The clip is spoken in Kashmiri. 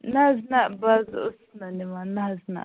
نَہ حظ نَہ بہٕ حظ أسٕس نہٕ نِوان نَہ حظ نَہ